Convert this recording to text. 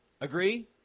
Agree